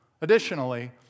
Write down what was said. Additionally